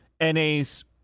NA's